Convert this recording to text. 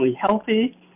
healthy